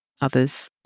others